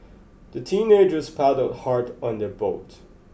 the teenagers paddled hard on their boat